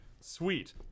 Sweet